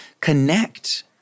connect